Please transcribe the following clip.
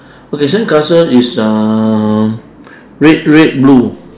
okay sandcastle is uh red red blue